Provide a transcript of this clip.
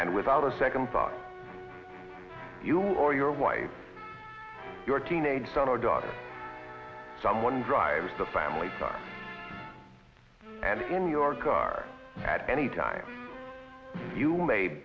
and without a second thought you or your wife your teenage son or daughter someone drives the family and in your car at any time you ma